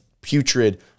putrid